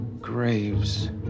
graves